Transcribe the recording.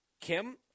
Kim